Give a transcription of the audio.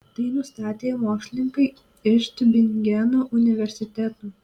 tai nustatė mokslininkai iš tiubingeno universiteto